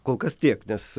kol kas tiek nes